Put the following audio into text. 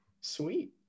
sweet